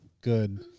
Good